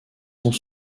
sont